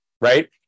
right